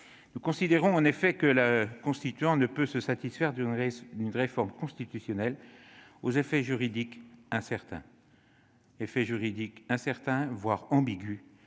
Nous considérons en effet que le Constituant ne peut se satisfaire d'une réforme constitutionnelle aux effets juridiques incertains, voire ambigus,